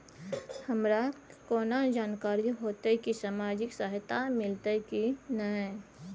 हमरा केना जानकारी होते की सामाजिक सहायता मिलते की नय?